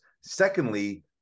Secondly